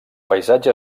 paisatge